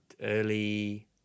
early